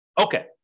Okay